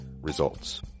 Results